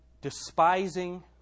despising